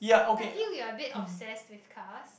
I feel we are a bit obsessed with cars